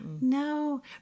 No